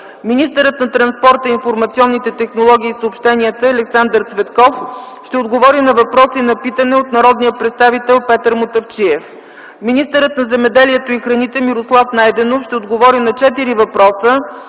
Министърът на транспорта, информационните технологии и съобщенията Александър Цветков ще отговори на въпрос и на питане от народния представител Петър Мутафчиев. Министърът на земеделието и храните Мирослав Найденов ще отговори на четири въпроса